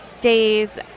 days